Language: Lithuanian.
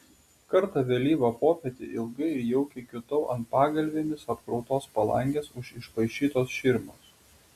kartą vėlyvą popietę ilgai ir jaukiai kiūtau ant pagalvėmis apkrautos palangės už išpaišytos širmos